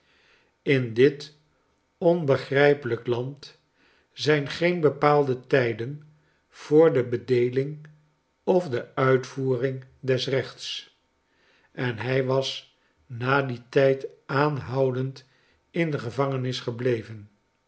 in dit onbegrijpelijk land zijn geen bepaalde tijden voor de bedeeling of de uitvoering des rechts en hij was na dien tijd aanhoudend in de gevangenis gebleven